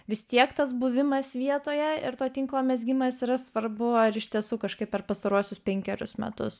vis tiek tas buvimas vietoje ir to tinklo mezgimas yra svarbu ar iš tiesų kažkaip per pastaruosius penkerius metus